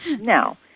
Now